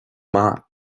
maith